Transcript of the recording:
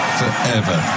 forever